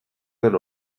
den